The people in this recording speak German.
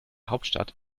hauptstadt